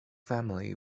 family